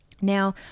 Now